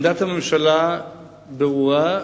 עמדת הממשלה ברורה,